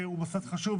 שהוא מוסד חשוב.